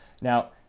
Now